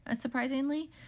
Surprisingly